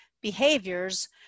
behaviors